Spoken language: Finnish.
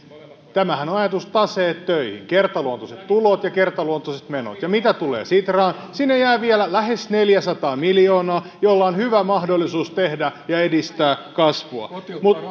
tämähän on ajatus taseet töihin kertaluontoiset tulot ja kertaluontoiset menot ja mitä tulee sitraan sinne jää vielä lähes neljäsataa miljoonaa jolla on hyvä mahdollisuus tehdä ja edistää kasvua